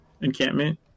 encampment